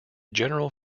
general